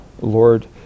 Lord